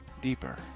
Deeper